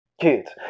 Kids